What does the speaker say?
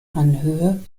anhöhe